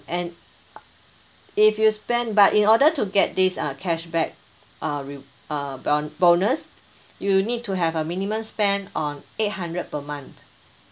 and if you spend but in order to get this uh cashback uh re~ uh bon~ bonus you need to have a minimum spend on eight hundred per month